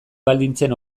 baldintzen